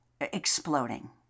exploding